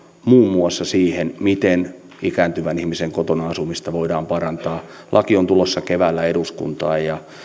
muassa siihen miten ikääntyvän ihmisen kotona asumista voidaan parantaa laki on tulossa keväällä eduskuntaan ja ja